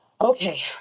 okay